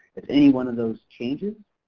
if any one of those changes,